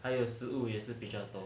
还有食物也是比较多